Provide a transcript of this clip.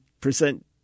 percent